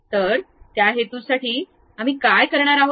तर त्या हेतूसाठी आम्ही काय करणार आहोत